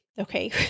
Okay